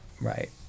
Right